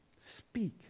Speak